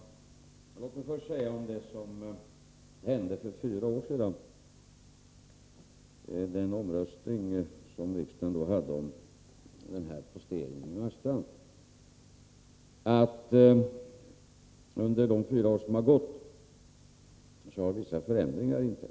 Herr talman! Låt mig för det första säga ett par ord om det som hände för fyra år sedan, då riksdagen hade en omröstning om posteringen i Marstrand. Under de fyra år som gått har vissa förändringar inträtt.